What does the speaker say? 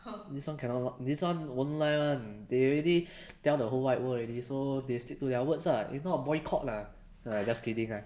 this one cannot lo~ this one won't lie they already tell the whole wide world already so they stick to their words uh if not boycott ah no lah just kidding ah